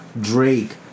Drake